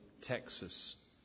Texas